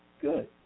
Good